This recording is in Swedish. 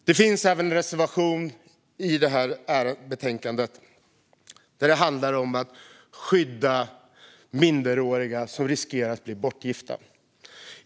Det finns även en reservation i betänkandet som handlar om att skydda minderåriga som riskerar att bli bortgifta.